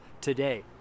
today